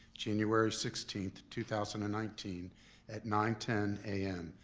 january sixteen, two thousand and nineteen at nine ten a m.